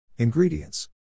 Ingredients